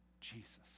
Jesus